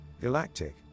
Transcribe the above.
Galactic